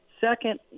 Second